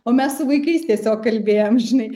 o mes su vaikais tiesiog kalbėjom žinai